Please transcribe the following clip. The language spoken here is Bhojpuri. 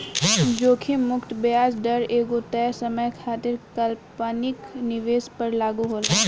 जोखिम मुक्त ब्याज दर एगो तय समय खातिर काल्पनिक निवेश पर लागू होला